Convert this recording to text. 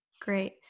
great